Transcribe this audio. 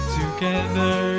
together